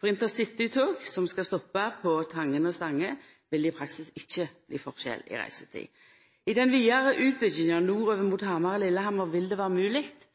For intercitytog som skal stoppa på Tangen og Stange, vil det i praksis ikkje bli forskjell i reisetida. I den vidare utbygginga nordover mot Hamar og Lillehammer vil det